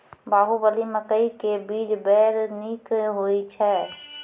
बाहुबली मकई के बीज बैर निक होई छै